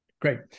Great